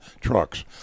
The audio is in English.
trucks